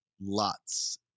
lots